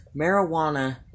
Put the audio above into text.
Marijuana